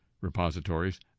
repositories